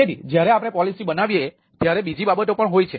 તેથી જ્યારે આપણે પોલિસી બનાવીએ છીએ ત્યારે બીજી બાબતો પણ હોય છે